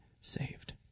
saved